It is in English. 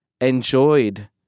enjoyed